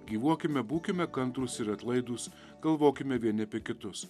gyvuokime būkime kantrūs ir atlaidūs galvokime vieni apie kitus